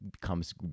comes